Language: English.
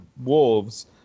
wolves